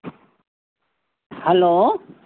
hello